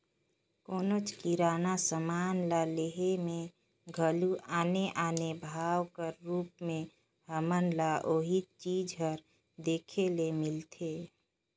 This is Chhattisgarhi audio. कोनोच किराना समान ल लेहे में घलो आने आने भाव कर रूप में हमन ल ओही चीज हर देखे ले मिलथे